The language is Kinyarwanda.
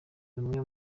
rumwe